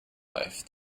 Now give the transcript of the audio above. life